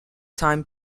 time